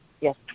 Yes